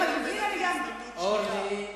שאת נותנת לי הזדמנות שנייה.